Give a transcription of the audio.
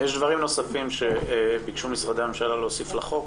יש דברים נוספים שביקשו משרדי הממשלה להוסיף לחוק.